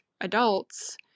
adults